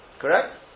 Correct